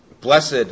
Blessed